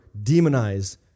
demonize